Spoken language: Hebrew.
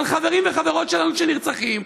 על חברים וחברות שלנו שנרצחים.